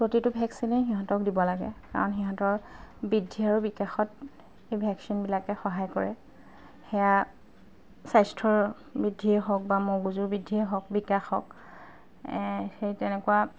প্ৰতিটো ভেকচিনেই সিহঁতক দিব লাগে কাৰণ সিহঁতৰ বৃদ্ধি আৰু বিকাশত এই ভেকচিনবিলাকে সহায় কৰে সেয়া স্বাস্থ্যৰ বৃদ্ধিয়েই হওক বা মগজুৰ বৃদ্ধিয়েই হওক বিকাশ হওক সেই তেনেকুৱা